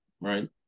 right